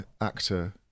actor